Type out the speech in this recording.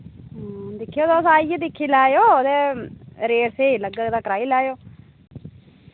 दिक्खयो तुस आइयै दिक्खी लैयो ते रेट स्हेई लग्गग ते कराई लैयो